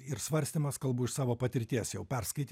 ir svarstymas kalbu iš savo patirties jau perskaityt